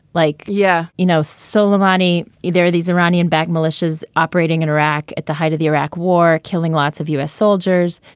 like, yeah, you know. so lamani, there are these iranian backed militias operating in iraq at the height of the iraq war, killing lots of u s. soldiers.